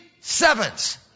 sevens